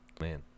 man